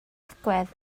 agwedd